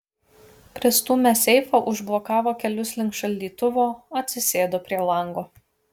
pristūmęs seifą užblokavo kelius link šaldytuvo atsisėdo prie lango